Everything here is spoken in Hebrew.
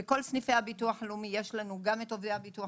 בכל סניפי הביטוח הלאומי יש לנו גם את עובדי הביטוח